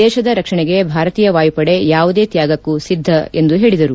ದೇಶದ ರಕ್ಷಣೆಗೆ ಭಾರತೀಯ ವಾಯುಪದೆ ಯಾವುದೇ ತ್ಯಾಗಕ್ಕೂ ಸಿದ್ದ ಎಂದು ಹೇಳಿದರು